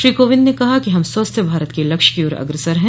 श्री कोविंद ने कहा कि हम स्वस्थ भारत के लक्ष्य की ओर अग्रसर है